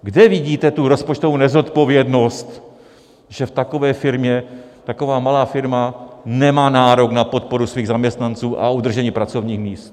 Kde vidíte tu rozpočtovou nezodpovědnost, že v takové firmě, taková malá firma nemá nárok na podporu svých zaměstnanců a udržení pracovních míst?